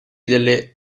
delle